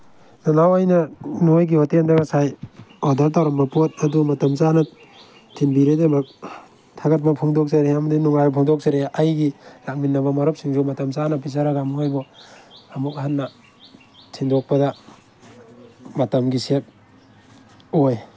hello ꯑꯩꯅ ꯅꯣꯏꯒꯤ ꯍꯣꯇꯦꯜꯗ ꯉꯁꯥꯏ ꯑꯣꯔꯗꯔ ꯇꯧꯔꯝꯕ ꯄꯣꯠ ꯑꯗꯨ ꯃꯇꯝ ꯆꯥꯅ ꯊꯤꯟꯕꯤꯕꯒꯤꯗꯃꯛ ꯊꯥꯒꯠꯄ ꯐꯣꯡꯗꯣꯛꯆꯔꯤ ꯑꯃꯗꯤ ꯅꯨꯡꯉꯥꯏꯕ ꯐꯣꯡꯗꯣꯛꯆꯔꯤ ꯑꯩꯒꯤ ꯂꯥꯛꯃꯤꯟꯅꯕ ꯃꯔꯨꯞꯁꯤꯡꯁꯨ ꯃꯇꯝ ꯆꯥꯅ ꯄꯤꯖꯔꯒ ꯃꯣꯏꯕꯨ ꯑꯃꯨꯛ ꯍꯟꯅ ꯊꯤꯟꯗꯣꯛꯄꯗ ꯃꯇꯝꯒꯤ ꯁꯦꯞ ꯑꯣꯏ